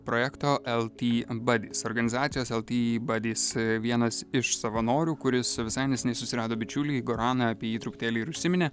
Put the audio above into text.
projekto el ti badis organizacijos el ti badis vienas iš savanorių kuris visai neseniai susirado bičiulį goraną apie jį truputėlį ir užsiminė